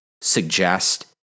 suggest